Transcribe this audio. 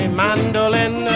mandolin